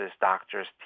doctors